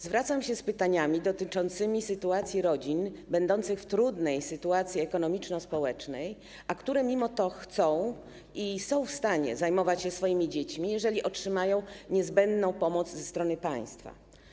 Zwracam się z pytaniami dotyczącymi sytuacji rodzin będących w trudnej sytuacji ekonomiczno-społecznej, a które mimo to chcą i są w stanie zajmować się swoimi dziećmi, jeżeli otrzymają niezbędną pomoc ze strony państwa.